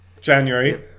January